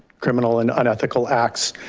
criminal and unethical acts.